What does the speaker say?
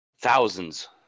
thousands